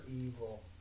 evil